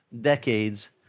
decades